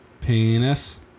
Penis